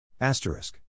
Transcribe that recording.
Asterisk